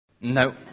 No